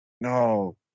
No